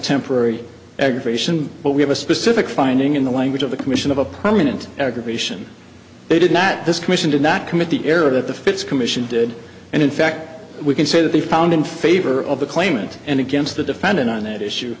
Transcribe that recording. temporary aggravation but we have a specific finding in the language of the commission of a permanent aggravation they did not this commission did not commit the error that the fit's commission did and in fact we can say that they found in favor of the claimant and against the defendant on that issue